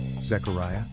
Zechariah